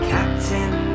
Captain